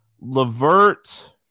Levert